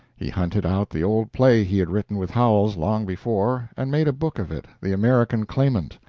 he hunted out the old play he had written with howells long before, and made a book of it, the american claimant.